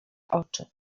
oczy